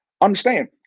Understand